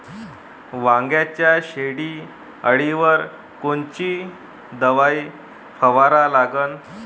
वांग्याच्या शेंडी अळीवर कोनची दवाई फवारा लागन?